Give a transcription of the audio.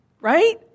Right